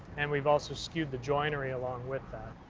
and we've also skewed the joinery along with that.